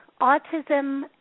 autism